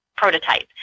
prototype